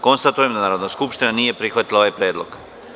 Konstatujem da Narodna skupština nije prihvatila ovaj predlog.